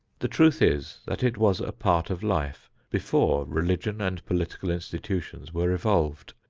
the truth is that it was a part of life before religion and political institutions were evolved.